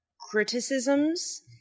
criticisms